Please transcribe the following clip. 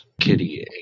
kitty